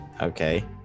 Okay